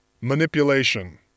Manipulation